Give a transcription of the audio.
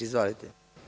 Izvolite.